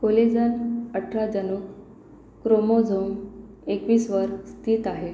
collagen अठरा जनुक chromosome एकवीसवर स्थित आहे